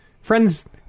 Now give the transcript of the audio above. Friends